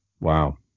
Wow